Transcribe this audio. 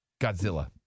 Godzilla